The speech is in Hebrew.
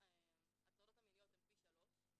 ההטרדות המיניות הן פי שלושה,